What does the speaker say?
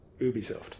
Ubisoft